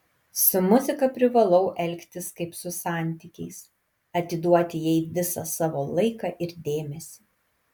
su muzika privalau elgtis kaip su santykiais atiduoti jai visą savo laiką ir dėmesį